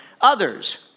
Others